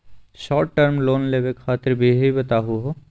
Short term loan लेवे खातीर विधि बताहु हो?